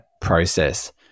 process